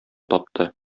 тапты